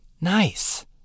nice